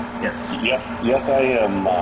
yes yes yes i i'm